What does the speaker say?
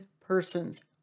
persons